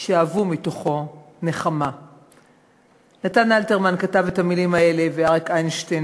שאבו מתוכו נחמה"; נתן אלתרמן כתב את המילים האלה ואריק איינשטיין,